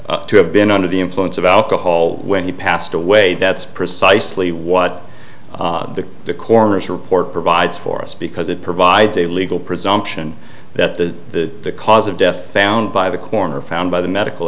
be to have been under the influence of alcohol when he passed away that's precisely what the coroner's report provides for us because it provides a legal presumption that the cause of death found by the coroner found by the medical